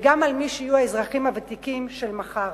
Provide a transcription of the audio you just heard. וגם למי שיהיו אזרחים ותיקים מחר.